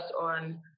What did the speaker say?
on